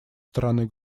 стороны